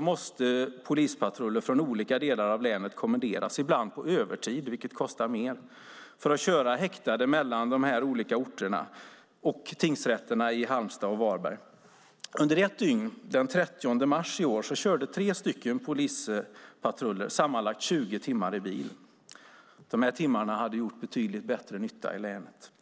måste polispatruller från olika delar av länet kommenderas, ibland på övertid, vilket kostar mer, för att köra häktade mellan de här olika orterna och tingsrätterna i Halmstad och Varberg. Under ett dygn, den 30 mars i år, körde tre polispatruller sammanlagt 20 timmar i bil. De här timmarna hade gjort betydligt bättre nytta i länet.